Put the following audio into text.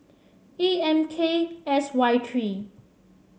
A M K S Y three